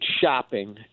shopping